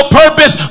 purpose